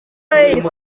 iri